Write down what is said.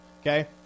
Okay